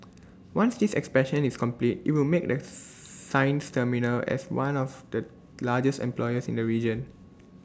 once this expansion is complete IT will make the Sines terminal as one of the largest employers in the region